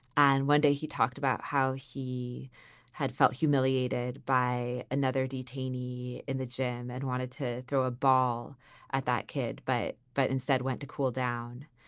and one day he talked about how he had felt humiliated by another detainee in the gym and wanted to throw a ball at that kid. but but instead went to cool down.